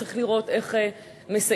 וצריך לראות איך מסייעים.